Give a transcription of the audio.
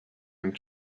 and